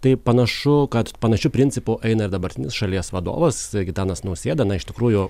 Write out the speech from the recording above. tai panašu kad panašiu principu eina ir dabartinis šalies vadovas gitanas nausėda na iš tikrųjų